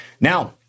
Now